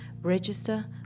register